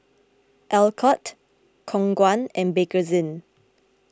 Alcott Khong Guan and Bakerzin